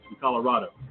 Colorado